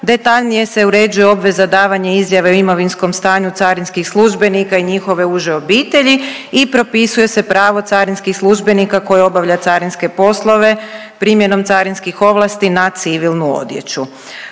Detaljnije se uređuje obveza davanja izjave o imovinskom stanju carinskih službenika i njihove uže obitelji i propisuje se pravo carinskih službenika koji obavlja carinske poslove primjenom carinskih ovlasti na civilnu odjeću.